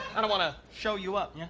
i don't wanna show you up yeah?